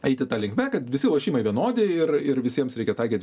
eiti ta linkme kad visi lošimai vienodi ir ir visiems reikia taikyt